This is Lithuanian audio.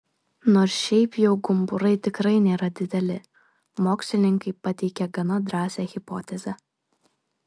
nors šiaip jau gumburai tikrai nėra dideli mokslininkai pateikė gana drąsią hipotezę